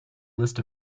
list